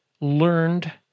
learned